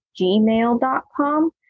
gmail.com